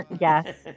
Yes